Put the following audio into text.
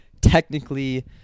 technically